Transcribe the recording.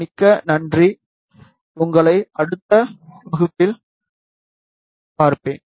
மிக்க நன்றி உங்களை அடுத்த வகுப்பில் பார்ப்போன்